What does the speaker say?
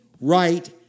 right